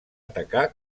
atacar